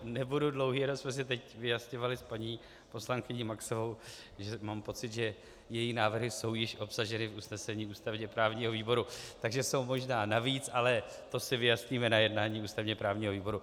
Nebudu dlouhý, jen jsme si teď vyjasňovali s paní poslankyní Maxovou, že mám pocit, že její návrhy jsou již obsaženy v usnesení ústavněprávního výboru, takže jsou možná navíc, ale to si vyjasníme na jednání ústavněprávního výboru.